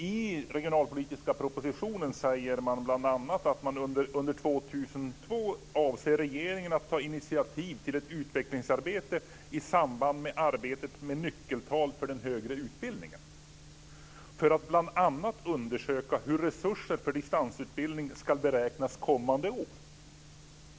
Av den regionalpolitiska propositionen framgår bl.a. att regeringen avser att under 2002 ta initiativ till ett utvecklingsarbete i samband med arbetet med nyckeltal för den högre utbildningen, för att bl.a. undersöka hur resurser för distansutbildning ska beräknas kommande år.